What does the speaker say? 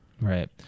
right